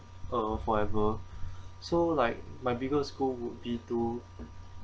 uh forever so like my biggest goal would be to